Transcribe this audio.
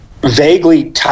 vaguely